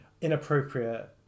inappropriate